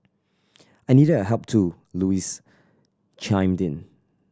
I needed your help too Louise chimed in